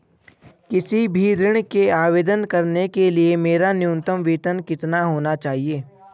किसी भी ऋण के आवेदन करने के लिए मेरा न्यूनतम वेतन कितना होना चाहिए?